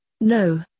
No